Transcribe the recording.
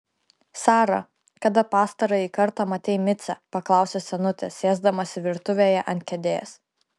sara kada pastarąjį kartą matei micę paklausė senutė sėsdamasi virtuvėje ant kėdės